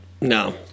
No